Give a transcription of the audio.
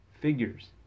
figures